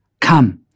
Come